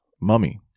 mummy